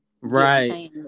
Right